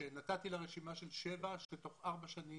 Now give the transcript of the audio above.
נתתי לה רשימה של שבע בנות אבל בתוך ארבע שנים